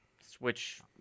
switch